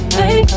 hey